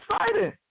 exciting